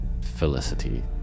Felicity